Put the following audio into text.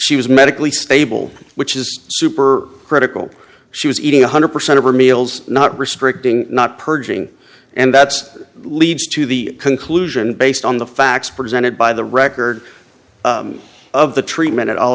she was medically stable which is super critical she was eating one hundred percent of her meals not restricting not purging and that's leads to the conclusion based on the facts presented by the record of the treatment at all